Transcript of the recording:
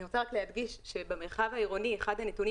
אני רוצה רק להדגיש שבמרחב העירוני אחד הנתונים